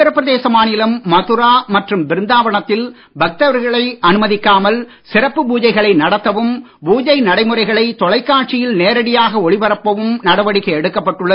உத்திரப் பிரதேச மாநிலம் மதுரா மற்றும் பிருந்தாவனத்தில் பக்தர்களை அனுமதிக்காமல் சிறப்பு பூஜைகளை நடத்தவும் பூஜை நடைமுறைகளை தொலைகாட்சியில் நேரடியாக ஒளிபரப்பவும் நடவடிக்கை எடுக்கப் பட்டுள்ளது